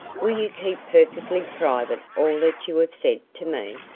will you keep perfectly private all that you have said to me?